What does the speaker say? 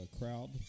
crowd